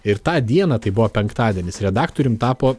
ir tą dieną tai buvo penktadienis redaktorium tapo